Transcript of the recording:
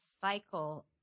cycle